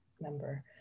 member